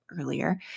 earlier